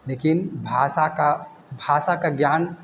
लेकिन भाषा का भाषा का ज्ञान